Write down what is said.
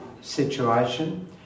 situation